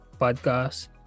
podcast